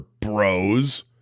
Bros